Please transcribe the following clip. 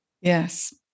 Yes